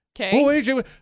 Okay